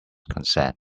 consent